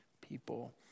people